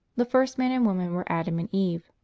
the first man and woman were adam and eve.